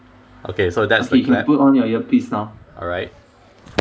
okay so that's alright